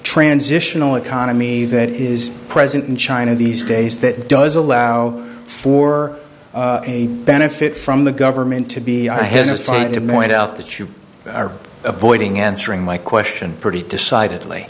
transitional economy that is present in china these days that does allow for a benefit from the government to be a has a finite amount out that you are avoiding answering my question pretty decidedly